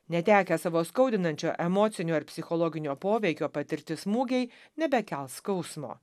netekę savo skaudinančio emocinio ar psichologinio poveikio patirti smūgiai nebekels skausmo